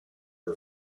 her